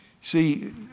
See